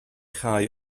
chau